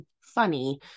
funny